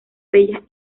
bellas